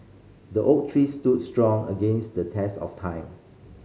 the oak tree stood strong against the test of time